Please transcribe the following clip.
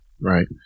right